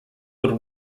would